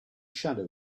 shadow